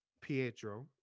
Pietro